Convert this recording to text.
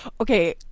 okay